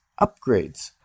upgrades